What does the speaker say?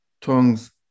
tongues